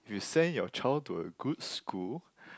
you send your child to a good school